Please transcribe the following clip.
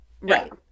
Right